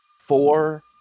Four